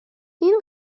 این